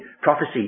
prophecy